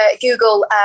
Google